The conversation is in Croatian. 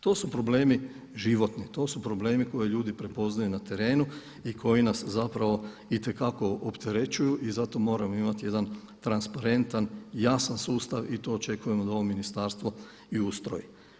To su problemi životni, to su problemi koje ljudi prepoznaju na terenu i koji nas itekako opterećuju i zato moramo imati jedan transparentan i jasan sustav i to očekujemo da ovo ministarstvo i ustroji.